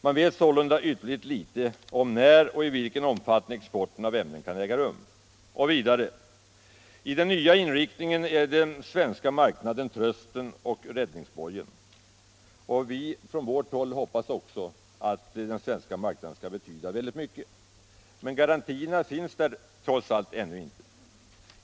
Man vet sålunda ytterligt litet om när och i vilken omfattning exporten av ämnen kan äga rum. Och vidare: i den nya inriktningen är den svenska marknaden trösten och räddningsbojen. Från vårt håll hoppas vi också att den svenska marknaden skall betyda mycket, men garantierna finns där trots allt ännu inte.